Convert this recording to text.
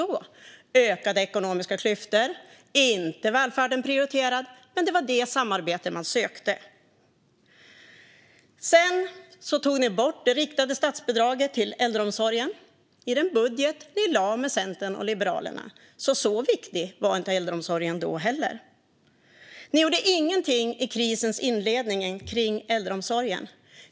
Det skulle bli ökade ekonomiska klyftor och inte en prioriterad välfärd, men det var det samarbetet man sökte. Sedan tog ni bort det riktade statsbidraget till äldreomsorgen i den budget ni lade fram tillsammans med Centern och Liberalerna. Så viktig var inte äldreomsorgen då heller. Ni gjorde ingenting i krisens inledning för äldreomsorgen.